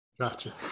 Gotcha